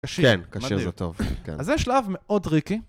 כן, קשה זה טוב, כן. אז זה שלב מאוד טריקי.